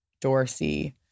Dorsey